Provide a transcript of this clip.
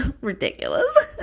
ridiculous